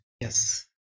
Yes